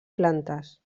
plantes